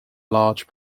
large